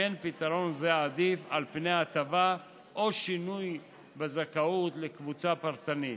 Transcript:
לכן פתרון זה עדיף על פני הטבה או שינוי בזכאות לקבוצה פרטנית.